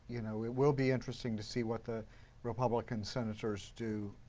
you know it will be interesting to see what the republican senators do,